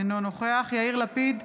אינו נוכח יאיר לפיד,